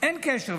אין קשר.